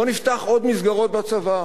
בואו נפתח עוד מסגרות בצבא.